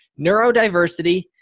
neurodiversity